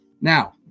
Now